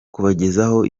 kubagezaho